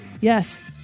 Yes